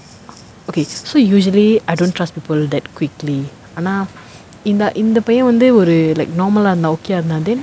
okay so usually I don't trust people that quickly ஆனா இந்த இந்த பைய வந்து ஒரு:aanaa intha intha paiya vanthu oru like normal ah இருந்தா:irunthaa okay ah இருந்தா:irunthaa then